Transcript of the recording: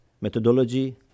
methodology